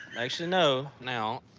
actually no. now,